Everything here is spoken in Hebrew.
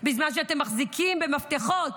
בזמן שאתם מחזיקים במפתחות